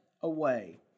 away